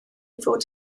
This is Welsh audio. fod